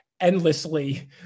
endlessly